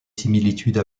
similitudes